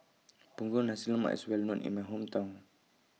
Punggol Nasi Lemak IS Well known in My Hometown